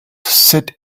sit